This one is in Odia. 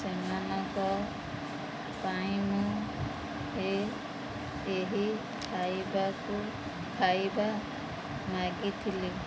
ସେମାନଙ୍କ ପାଇଁ ମୁଁ ଏ ଏହି ଖାଇବାକୁ ଖାଇବା ମାଗିଥିଲି